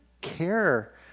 care